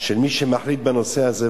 של מי שמחליט בנושא הזה,